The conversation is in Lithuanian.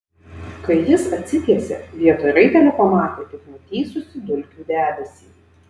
kai jis atsitiesė vietoj raitelio pamatė tik nutįsusį dulkių debesį